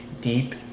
deep